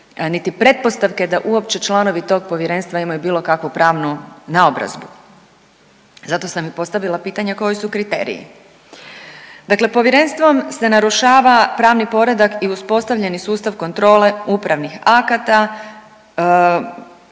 niti pretpostavke da uopće članovi tog povjerenstva imaju bilo kakvu pravnu naobrazbu, zato sam i postavila pitanje koji su kriteriji. Dakle, povjerenstvom se narušava pravni poredak i uspostavljeni sustav kontrole upravnih akata